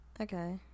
okay